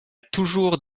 toujours